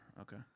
Okay